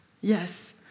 Yes